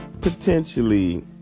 potentially